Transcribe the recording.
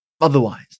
otherwise